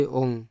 ong